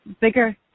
bigger